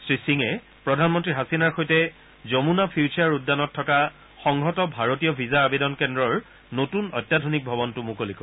শ্ৰীসিঙে প্ৰধানমন্ত্ৰী হাছিনাৰ সৈতে যমুনা ফিউচাৰ উদ্যানত থকা সংহত ভাৰতীয় ভিজা আবেদন কেন্দ্ৰৰ নতুন অত্যাধুনিক ভৱনটো মুকলি কৰিব